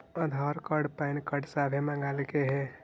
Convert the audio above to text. आधार card PAN card सभे मगलके हे?